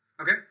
Okay